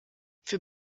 für